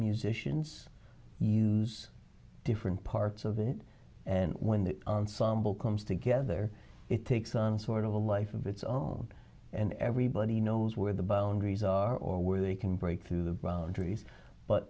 musicians use different parts of it and when the sambal comes together it takes on a sort of a life of its own and everybody knows where the boundaries are or where they can break through the boundaries but